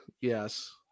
yes